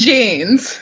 Jeans